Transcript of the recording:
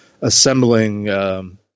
assembling –